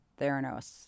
Theranos